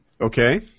Okay